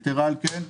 יתרה מכן,